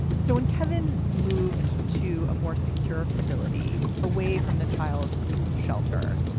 so when kevin moved to a more secure facility away from the child shelter,